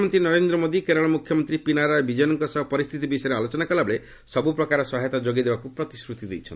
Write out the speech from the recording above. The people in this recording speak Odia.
ପ୍ରଧାନମନ୍ତ୍ରୀ ନରେନ୍ଦ୍ର ମୋଦି କେରଳ ମୁଖ୍ୟମନ୍ତ୍ରୀ ପିନାରାୟ ବିଜୟନ୍ଙ୍କ ସହ ପରିସ୍ଥିତି ବିଷୟରେ ଆଲୋଚନା କଲାବେଳେ ସବୁପ୍ରକାର ସହାୟତା ଯୋଗାଇ ଦେବାକୁ ପ୍ରତିଶ୍ରତି ଦେଇଛନ୍ତି